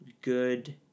good